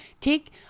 Take